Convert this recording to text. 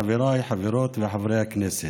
חבריי חברות וחברי הכנסת,